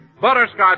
Butterscotch